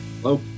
Hello